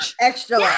extra